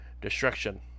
Destruction